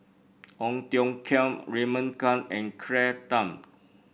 Ong Tiong Khiam Raymond Kang and Claire Tham